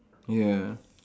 ya